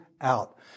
out